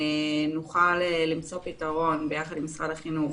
נוכל למצוא פתרון ביחד עם משרד החינוך